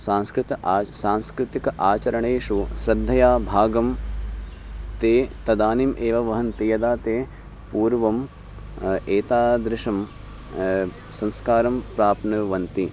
सांस्कृतिकम् आ सांस्कृतिक आचरणेषु श्रद्धया भागं ते तदानीम् एव वहन्ति यदा ते पूर्वम् एतादृशं संस्कारं प्राप्नुवन्ति